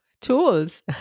tools